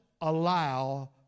allow